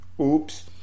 Oops